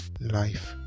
life